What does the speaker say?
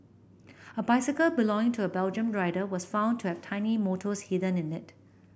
a bicycle belonging to a Belgian rider was found to have tiny motors hidden in it